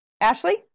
Ashley